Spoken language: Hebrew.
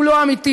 הוא לא אמיתי,